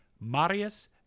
Marius